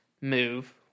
move